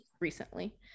recently